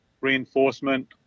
reinforcement